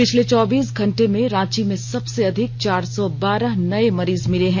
पिछले चौबीस घंटों में रांची में सबसे अधिक चार सौ बारह नये मरीज मिले हैं